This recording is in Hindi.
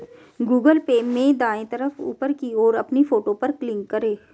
गूगल पे में दाएं तरफ ऊपर की ओर अपनी फोटो पर क्लिक करें